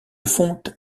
fonte